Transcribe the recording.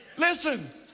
Listen